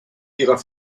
ihrer